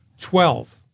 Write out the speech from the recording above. Twelve